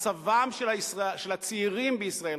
מצבם של הצעירים בישראל,